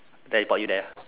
teleport you there